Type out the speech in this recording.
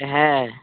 হ্যাঁ